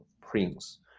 prince